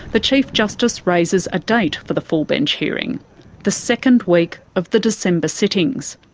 the chief justice raises a date for the full bench hearing the second week of the december sittings.